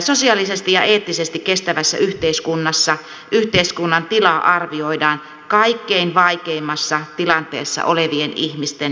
sosiaalisesti ja eettisesti kestävässä yhteiskunnassa yhteiskunnan tila arvioidaan kaikkein vaikeimmassa tilanteessa olevien ihmisten näkökulmasta